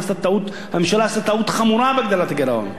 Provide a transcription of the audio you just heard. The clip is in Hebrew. הממשלה עשתה טעות חמורה בהגדלת הגירעון.